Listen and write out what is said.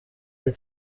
muri